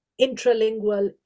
intralingual